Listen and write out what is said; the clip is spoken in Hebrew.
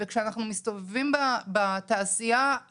כשאנחנו מסתובבים בתעשייה,